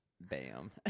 Bam